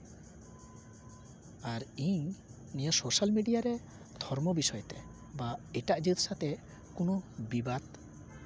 ᱟᱨ ᱤᱧ ᱱᱤᱭᱟᱹ social media ᱨᱮ ᱫᱷᱚᱨᱢᱚ ᱵᱤᱥᱚᱭ ᱛᱮ ᱵᱟ ᱮᱴᱟᱜ ᱡᱟᱹᱛ ᱥᱟᱛᱮᱜ ᱠᱳᱱᱳ ᱵᱤᱵᱟᱫ